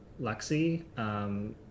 Lexi